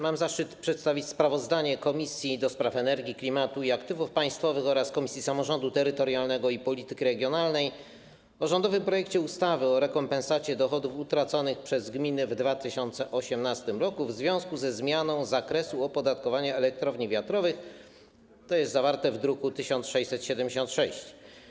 Mam zaszczyt przedstawić sprawozdanie Komisji do Spraw Energii, Klimatu i Aktywów Państwowych oraz Komisji Samorządu Terytorialnego i Polityki Regionalnej o rządowym projekcie ustawy o rekompensacie dochodów utraconych przez gminy w 2018 r. w związku ze zmianą zakresu opodatkowania elektrowni wiatrowych, zawartym w druku nr 1676.